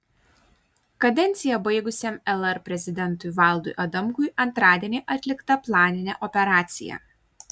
kadenciją baigusiam lr prezidentui valdui adamkui antradienį atlikta planinė operacija